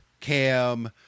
cam